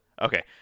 Okay